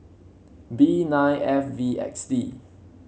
B nine F V X D